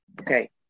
okay